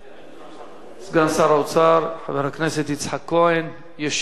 סגן שר האוצר חבר הכנסת יצחק כהן, וישיב על